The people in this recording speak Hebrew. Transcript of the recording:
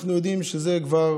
אנחנו יודעים שזה כבר